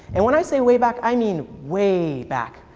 and when i say way back, i mean way back,